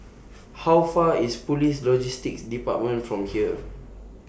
How Far away IS Police Logistics department from here